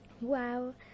Wow